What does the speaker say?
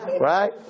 right